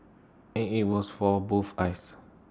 and IT was for both eyes